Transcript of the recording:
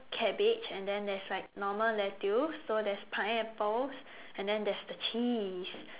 cabbage and then there's like normal lettuce so there's pineapples and then there's the cheese